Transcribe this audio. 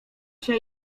się